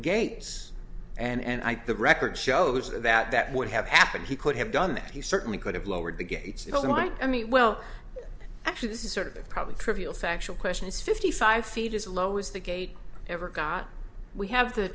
gates and i think the record shows that that would have happened he could have done that he certainly could have lowered the gates you know what i mean well actually this is sort of probably trivial factual question is fifty five feet as low as the gate ever got we have the